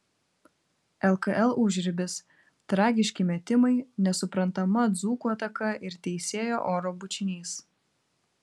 lkl užribis tragiški metimai nesuprantama dzūkų ataka ir teisėjo oro bučinys